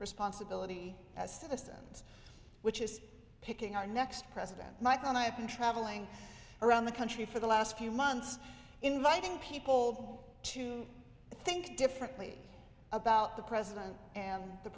responsibility as citizens which is picking our next president michel and i've been traveling around the country for the last few months inviting people to think differently about the president and the